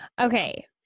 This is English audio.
Okay